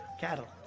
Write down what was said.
cattle